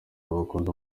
bakunda